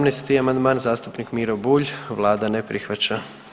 18. amandman, zastupnik Miro Bulj, Vlada ne prihvaća.